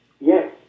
Yes